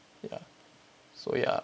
ya so ya